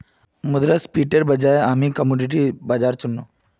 मुद्रास्फीतिर वजह हामी कमोडिटी बाजारल चुन नु